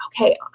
Okay